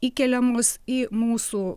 įkeliamos į mūsų